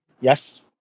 Yes